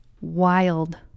wild